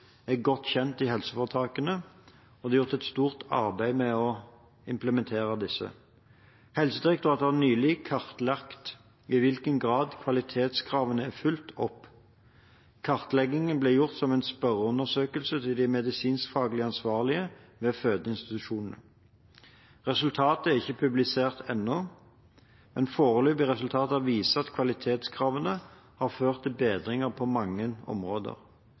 er godt kjent i helseforetakene, og det er gjort et stort arbeid med å implementere disse. Helsedirektoratet har nylig kartlagt i hvilken grad kvalitetskravene er fulgt opp. Kartleggingen ble gjort som en spørreundersøkelse til de medisinskfaglige ansvarlige ved fødeinstitusjonene. Resultatet er ikke blitt publisert ennå, men foreløpige resultater viser at kvalitetskravene har ført til bedringer på mange områder.